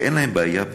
שאין להם בעיה בראייה,